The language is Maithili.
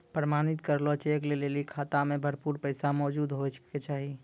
प्रमाणित करलो चेक लै लेली खाता मे भरपूर पैसा मौजूद होय के चाहि